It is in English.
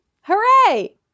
Hooray